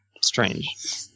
strange